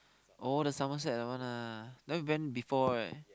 oh the Somerset that one ah that one we went before right